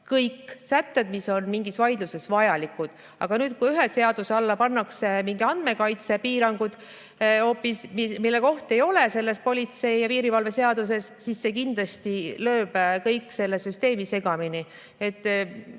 kõik sätted, mis on mingi vaidluse lahendamisel vajalikud. Aga nüüd, kui ühe seaduse alla pannakse mingid andmekaitse piirangud, mille koht ei ole politsei ja piirivalve seaduses, siis see kindlasti lööb selle süsteemi segamini.